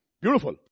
Beautiful